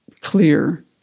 clear